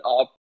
up